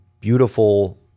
beautiful